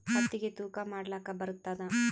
ಹತ್ತಿಗಿ ತೂಕಾ ಮಾಡಲಾಕ ಬರತ್ತಾದಾ?